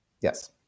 Yes